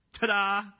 ta-da